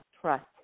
Trust